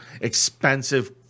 expensive